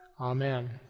Amen